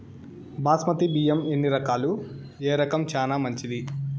బాస్మతి బియ్యం ఎన్ని రకాలు, ఏ రకం చానా మంచిది?